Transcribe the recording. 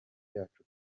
byacu